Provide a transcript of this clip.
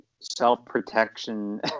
self-protection